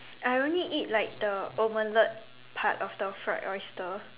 I only eat like the omelette part of the fried oyster